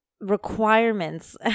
requirements